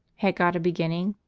had god a beginning?